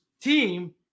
team